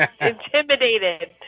intimidated